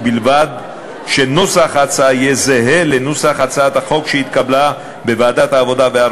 ובלבד שנוסח ההצעה יהיה זהה לנוסח הצעת החוק שהתקבלה בוועדת העבודה,